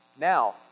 Now